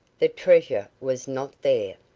the treasure was not there.